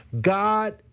God